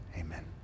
Amen